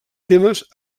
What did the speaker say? temes